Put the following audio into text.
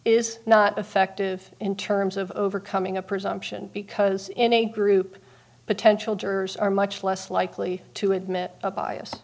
is not effective in terms of overcoming a presumption because in a group potential jurors are much less likely to admit a bias